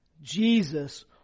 Jesus